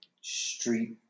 street